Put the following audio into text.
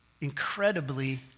incredibly